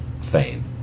fame